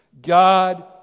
God